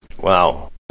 Wow